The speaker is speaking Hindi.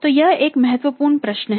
तो यह एक महत्वपूर्ण प्रश्न है